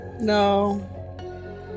No